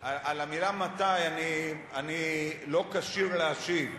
על המלה "מתי" אני לא כשיר להשיב,